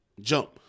jump